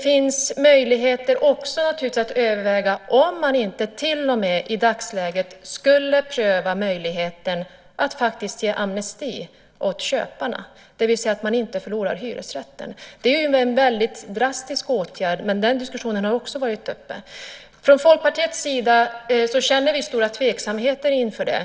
Man kunde till och med överväga möjligheten att ge amnesti åt köparna så att de inte förlorar hyresrätten. Det vore en mycket drastisk åtgärd, men frågan har varit uppe till diskussion. Från Folkpartiets sida känner vi dock stor tveksamhet inför detta.